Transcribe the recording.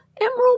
emerald